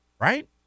Right